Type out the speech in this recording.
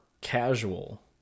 casual